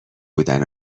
بودن